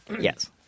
Yes